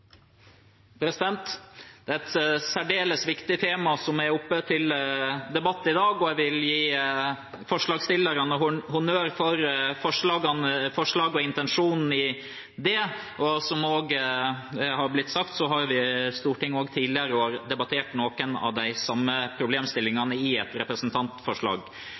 opp. Det er et særdeles viktig tema som er oppe til debatt i dag, og jeg vil gi forslagsstillerne honnør for forslaget og intensjonen i det. Som det er blitt sagt, har Stortinget også tidligere i år debattert noen av de samme problemstillingene. Det at en har store globale teknologiselskaper som kan levere tjenester i